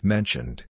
Mentioned